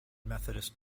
methodist